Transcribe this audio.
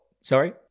sorry